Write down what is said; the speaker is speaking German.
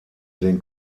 den